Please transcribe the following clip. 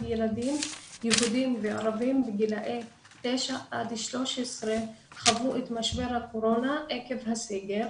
ילדים יהודים וערבים מגילאי תשע עד 13 חוו את משבר הקורונה עקב הסגר,